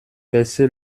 baissez